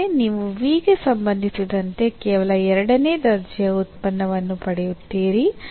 ಆದರೆ ನೀವು v ಗೆ ಸಂಬಂಧಿಸಿದಂತೆ ಕೇವಲ ಎರಡನೇ ದರ್ಜೆಯ ಉತ್ಪನ್ನವನ್ನು ಪಡೆಯುತ್ತೀರಿ